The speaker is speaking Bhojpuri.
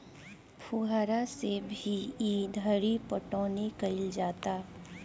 फुहारा से भी ई घरी पटौनी कईल जाता